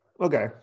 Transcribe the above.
Okay